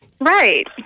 Right